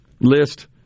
list